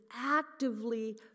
actively